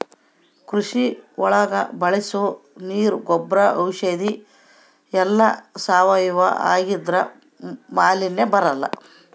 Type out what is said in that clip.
ಕೃಷಿ ಒಳಗ ಬಳಸೋ ನೀರ್ ಗೊಬ್ರ ಔಷಧಿ ಎಲ್ಲ ಸಾವಯವ ಆಗಿದ್ರೆ ಮಾಲಿನ್ಯ ಬರಲ್ಲ